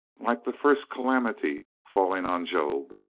like the first calamity falling on job,